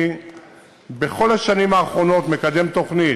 אני בכל השנים האחרונות מקדם תוכנית,